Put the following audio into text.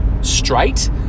straight